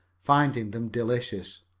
finding them delicious.